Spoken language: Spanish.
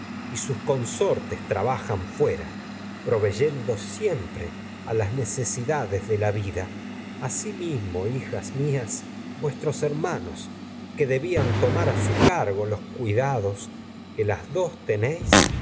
sus consortes trabajan de la fuera proveyendo siempre las necesidades vida asimismo hijas mías a su vues tros herínanos que que debian tomar se cargo los cuida como dos las dos tenéis